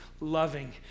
loving